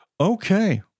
Okay